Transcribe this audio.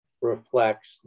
reflects